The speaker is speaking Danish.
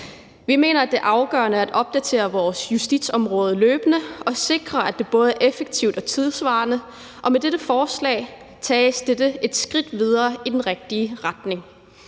Vi mener, at det er afgørende at opdatere vores justitsområde løbende og sikre, at det både er effektivt og tidssvarende. Og med dette forslag tages dette et skridt videre i den rigtige retning.